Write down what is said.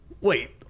Wait